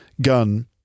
gun